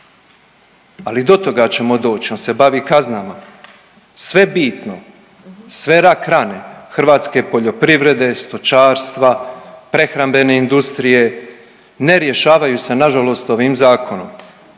Ali do toga ćemo doći, on se bavi kaznama. Sve je bitno, sve rak rane hrvatske poljoprivrede, stočarstva, prehrambene industrije ne rješavaju se na žalost ovim zakonom.